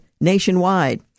nationwide